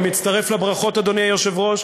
אני מצטרף לברכות, אדוני היושב-ראש.